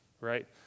right